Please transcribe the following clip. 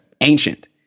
ancient